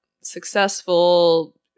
successful